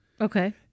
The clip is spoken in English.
Okay